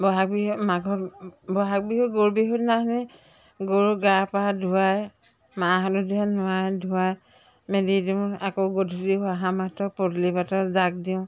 বহাগ বিহু মাঘৰ বহাগ বিহুৰ গৰু বিহুৰ দিনাখনি গৰু গা পা ধোৱাই মাহ হালধিৰে নোৱাই ধোৱাই মেলি দিওঁ আকৌ গধূলি অহা মাত্ৰ পদূলি বাটত জাগ দিওঁ